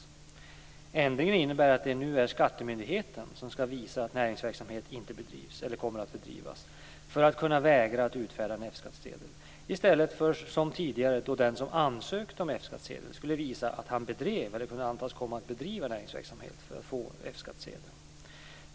Ändringen innebär att det nu är skattemyndigheten som skall visa att näringsverksamhet inte bedrivs eller kommer att bedrivas för att kunna vägra att utfärda en F-skattsedel i stället för som tidigare, då den som ansökte om F-skattsedel skulle visa att han bedrev eller kunde antas komma att bedriva näringsverksamhet för att få en F-skattsedel.